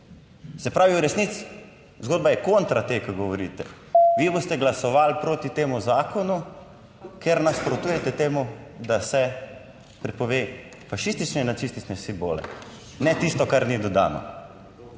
Se pravi, v resnici zgodba je kontra te, ko govorite. Vi boste glasovali proti temu zakonu, ker nasprotujete temu, da se prepove fašistične, nacistične simbole, ne tisto kar ni dodano.